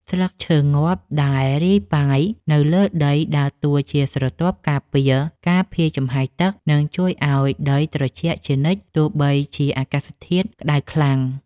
ស្លឹកឈើងាប់ដែលរាយប៉ាយនៅលើដីដើរតួជាស្រទាប់ការពារការភាយចំហាយទឹក និងជួយឱ្យដីត្រជាក់ជានិច្ចទោះបីជាអាកាសធាតុក្តៅខ្លាំង។